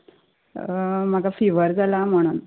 म्हाका फिवर जाला म्हणून